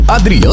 Adriano